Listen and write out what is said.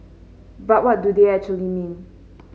but what do they actually mean